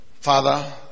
Father